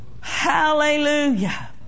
Hallelujah